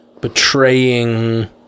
betraying